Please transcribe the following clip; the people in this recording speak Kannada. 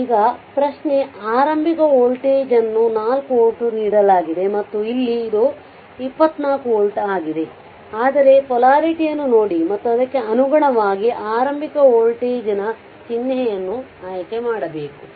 ಈಗ ಪ್ರಶ್ನೆ ಆರಂಭಿಕ ವೋಲ್ಟೇಜ್ ಅನ್ನು 4 ವೋಲ್ಟ್ ನೀಡಲಾಗಿದೆ ಮತ್ತು ಇಲ್ಲಿ ಅದು 24 ವೋಲ್ಟ್ ಆಗಿದೆ ಆದರೆ ಪೊಲಾರಿಟಿಯನ್ನು ನೋಡಿ ಮತ್ತು ಅದಕ್ಕೆ ಅನುಗುಣವಾಗಿ ಆರಂಭಿಕ ವೋಲ್ಟೇಜ್ ನ ಚಿಹ್ನೆಯನ್ನು ಆಯ್ಕೆ ಮಾಡಬೇಕು